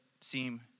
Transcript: seem